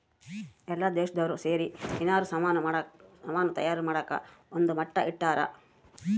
ಎಲ್ಲ ದೇಶ್ದೊರ್ ಸೇರಿ ಯೆನಾರ ಸಾಮನ್ ತಯಾರ್ ಮಾಡಕ ಒಂದ್ ಮಟ್ಟ ಇಟ್ಟರ